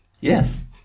Yes